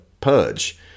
purge